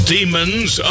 Demons